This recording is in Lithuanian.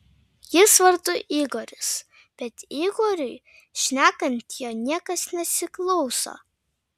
jis vardu igoris bet igoriui šnekant jo niekas nesiklauso